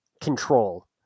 control